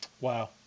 Wow